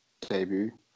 debut